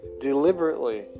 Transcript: deliberately